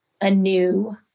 anew